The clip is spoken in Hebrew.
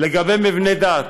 לגבי מבני דת,